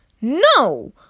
No